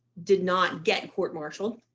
did not get court martialed.